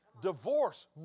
divorce